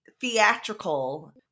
theatrical